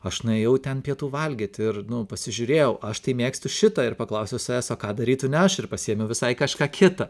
aš nuėjau ten pietų valgyt ir nu pasižiūrėjau aš tai mėgstu šitą ir paklausiau savęs o ką darytų ne aš ir pasiėmiau visai kažką kitą